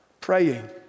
Praying